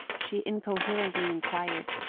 she incoherently enquired.